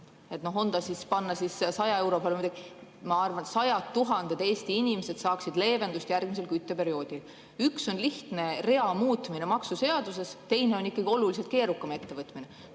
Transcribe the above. nii, siis minu arvates sajad tuhanded Eesti inimesed saaksid leevendust järgmisel kütteperioodil. Üks on lihtne rea muutmine maksuseaduses, teine on ikkagi oluliselt keerukam ettevõtmine.